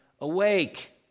awake